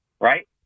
right